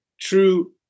true